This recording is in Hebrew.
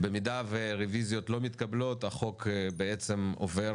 במידה שרביזיות לא מתקבלות החוק בעצם עובר